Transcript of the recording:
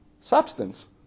substance